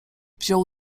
wziął